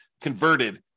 converted